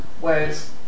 Whereas